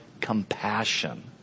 compassion